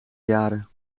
jaren